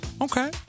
Okay